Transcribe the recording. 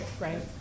Right